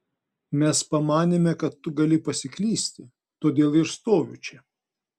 mes pamanėme kad tu gali pasiklysti todėl ir stoviu čia